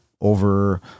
over